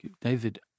David